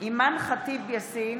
אימאן ח'טיב יאסין,